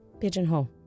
Pigeonhole